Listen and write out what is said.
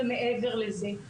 ומעבר לזה.